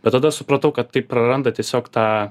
bet tada supratau kad taip praranda tiesiog tą